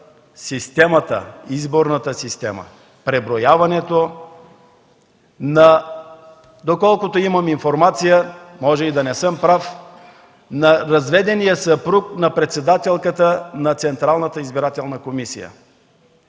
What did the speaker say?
направят изборната система, преброяването. Доколкото имам информация, може и да не съм прав – на разведения съпруг на председателката на Централната избирателна комисия.